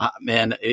man